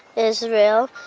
israel.